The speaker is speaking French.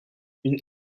une